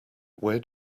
where